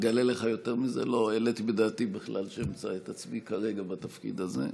אגלה לך יותר מזה: לא העליתי בדעתי בכלל שאמצא את עצמי כרגע בתפקיד הזה,